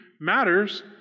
matters